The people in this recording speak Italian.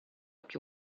più